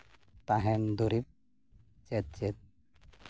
ᱛᱟᱦᱮᱱ ᱫᱩᱨᱤᱵᱽ ᱪᱮᱫ ᱪᱮᱫ